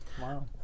Wow